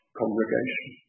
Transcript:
congregation